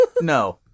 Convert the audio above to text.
no